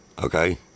okay